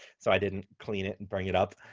so i didn't clean it and bring it up.